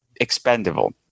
expendable